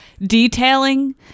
detailing